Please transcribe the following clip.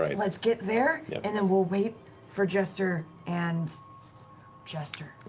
let's get there yeah and then we'll wait for jester and jester.